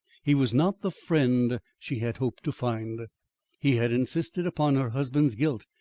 he was not the friend she had hoped to find. he had insisted upon her husband's guilt,